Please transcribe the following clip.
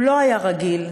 הוא לא היה רגיל.